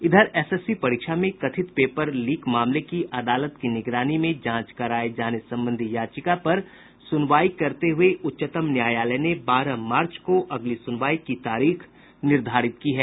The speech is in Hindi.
इधर एसएससी परीक्षा में कथित पेपर लीक मामले की अदालत की निगरानी में जांच कराये जाने संबंधी याचिका पर सुनवाई करते हुये उच्चतम न्यायालय ने बारह मार्च को अगली सुनवाई की तारीख निर्धारित की है